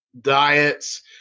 diets